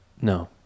No